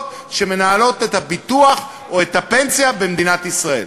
שמנהלות את הביטוח או את הפנסיה במדינת ישראל.